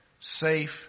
safe